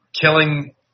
killing